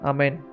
Amen